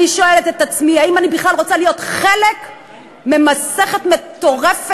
אני שואלת את עצמי אם אני רוצה להיות חלק ממסכת מטורפת,